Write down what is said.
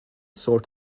sort